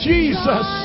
Jesus